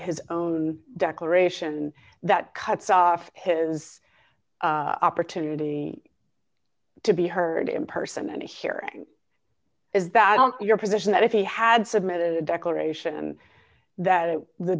his own declaration that cuts off his opportunity to be heard in person and hearing is that your position that if he had submitted a declaration that